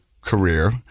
career